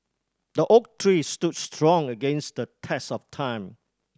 the oak tree stood strong against the test of time